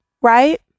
Right